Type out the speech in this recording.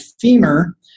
femur